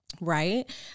Right